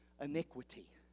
iniquity